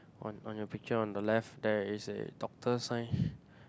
on on your picture on the left there is a doctor sign